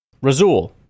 Razul